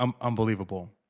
unbelievable